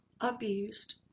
abused